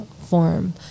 form